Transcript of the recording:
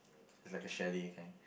is like a chalet kind